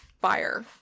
Fire